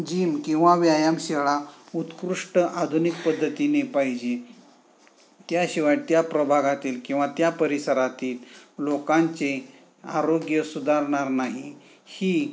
gym किंवा व्यायामशाळा उत्कृष्ट आधुनिक पद्धतीने पाहिजे त्याशिवाय त्या प्रभागातील किंवा त्या परिसरातील लोकांचे आरोग्य सुधारणार नाही ही